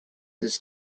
his